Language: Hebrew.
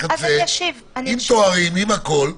עם תארים ועם הכול,